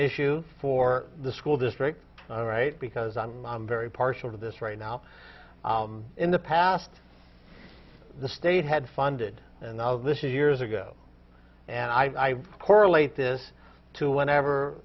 issue for the school district all right because and i'm very partial to this right now in the past the state had funded and this is years ago and i correlate this to whenever